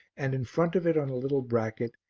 and in front of it on a little bracket,